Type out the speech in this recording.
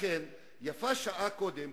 לכן יפה שעה אחת קודם,